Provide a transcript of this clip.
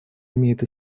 имеет